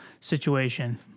situation